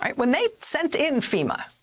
um when they sent in fema,